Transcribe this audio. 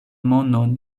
monon